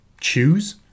choose